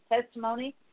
testimony